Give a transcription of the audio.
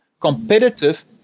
competitive